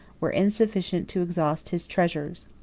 were insufficient to exhaust his treasures.